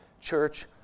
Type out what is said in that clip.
Church